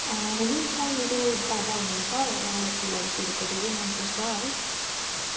हुनुहुन्छ मेरो दादा हुनुहुन्छ उहाँलाई फुलहरू फुलेको धेरै मन पर्छ है